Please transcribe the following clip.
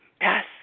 yes